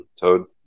Toad